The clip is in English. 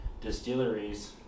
distilleries